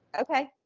Okay